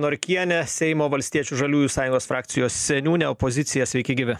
norkiene seimo valstiečių žaliųjų sąjungos frakcijos seniūnė opozicija sveiki gyvi